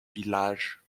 village